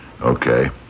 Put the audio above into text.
Okay